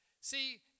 See